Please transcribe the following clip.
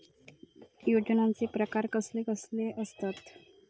योजनांचे प्रकार कसले कसले असतत?